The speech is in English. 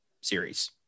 series